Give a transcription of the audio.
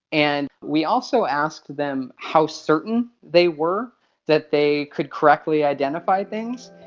and we also asked them how certain they were that they could correctly identify things.